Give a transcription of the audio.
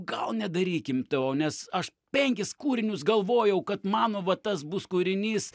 gal nedarykim to nes aš penkis kūrinius galvojau kad mano va tas bus kūrinys